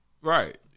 right